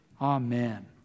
Amen